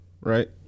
right